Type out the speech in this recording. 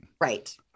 Right